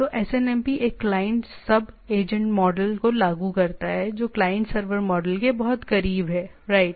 तो एसएनएमपी एक क्लाइंट सब एजेंट मॉडल को लागू करता है जो क्लाइंट सर्वर मॉडल के बहुत करीब है राइट